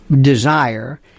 desire